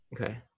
Okay